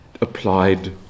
applied